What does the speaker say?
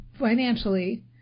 financially